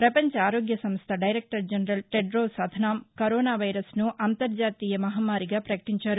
ప్రపంచ ఆరోగ్య సంస్థ director general Tedros Adhanom corona వైరస్ను అంతర్జాతీయ మహమ్మారిగా పకటించారు